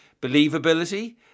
believability